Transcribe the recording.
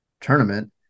tournament